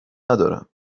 ندارم